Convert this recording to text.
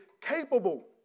capable